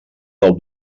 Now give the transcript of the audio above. del